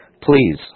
Please